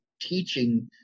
teaching